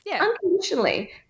unconditionally